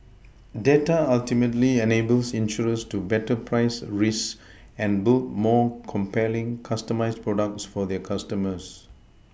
data ultimately enables insurers to better price risk and build more compelling customised products for their customers